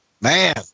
man